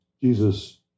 Jesus